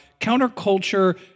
counterculture